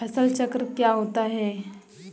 फसल चक्र क्या होता है?